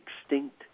extinct